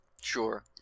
Sure